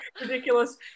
ridiculous